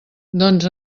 doncs